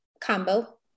Combo